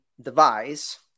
device